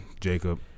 Jacob